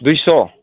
दुइस'